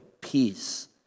peace